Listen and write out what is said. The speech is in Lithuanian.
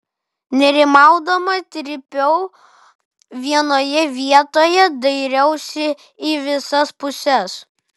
nerimaudama trypiau vienoje vietoje dairiausi į visas puses